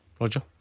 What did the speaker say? Roger